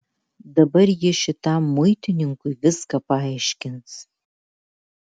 dabar ji šitam muitininkui viską paaiškins